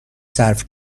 صرف